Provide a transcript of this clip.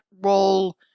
role